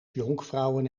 jonkvrouwen